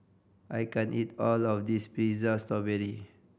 I can't eat all of this pizza strawberry